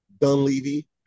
Dunleavy